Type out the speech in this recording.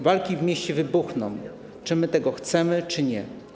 Walki w mieście wybuchną, czy my tego chcemy, czy nie.